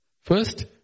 First